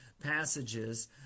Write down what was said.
passages